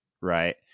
right